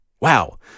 Wow